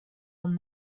old